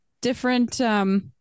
different